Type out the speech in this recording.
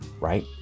right